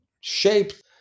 shaped